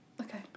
Okay